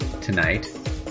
Tonight